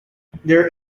there